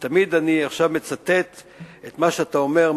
ותמיד אני עכשיו מצטט את מה שאתה אומר,